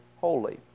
holy